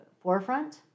forefront